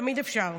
תמיד אפשר.